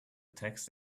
text